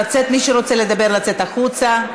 לצאת, מי שרוצה לדבר, לצאת החוצה.